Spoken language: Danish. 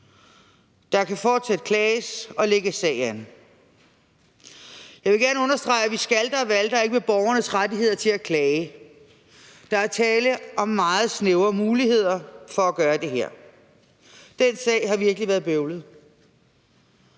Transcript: Der kan fortsat klages og lægges sag an. Jeg vil gerne understrege, at vi ikke skalter og valter med borgernes rettigheder til at klage; der er tale om en meget snæver mulighed for at gøre det her. Den sag har virkelig været bøvlet.